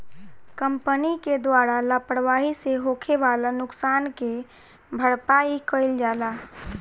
company के द्वारा लापरवाही से होखे वाला नुकसान के भरपाई कईल जाला